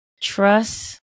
Trust